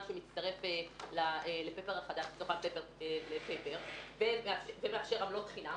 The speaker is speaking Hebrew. שמצטרף ל-פפר החדש ומאפשר עמלות חינם,